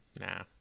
nah